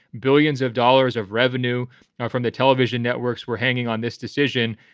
billions of dollars of revenue from the television networks were hanging on this decision.